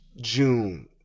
June